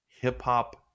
hip-hop